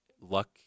luck